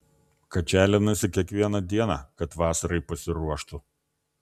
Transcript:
kačialinasi kiekvieną dieną kad vasarai pasiruoštų